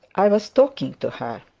i was talking to her.